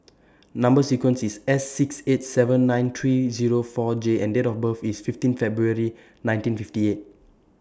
Number sequence IS S six eight seven nine three Zero four J and Date of birth IS fifteen February nineteen fifty eight